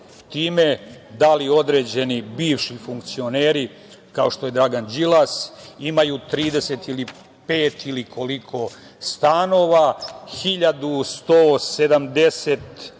time, da li određeni bivši funkcioneri, kao što je Dragan Đilas, imaju 30 ili pet ili koliko stanova, 1.725 metara